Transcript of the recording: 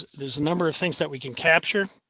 there's a number of things that we can capture.